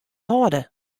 hâlde